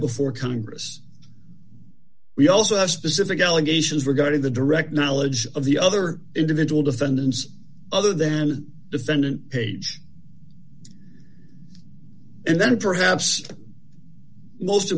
before congress we also have specific allegations regarding the direct knowledge of the other individual defendants other than the defendant page and then perhaps most